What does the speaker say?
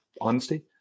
honesty